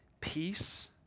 peace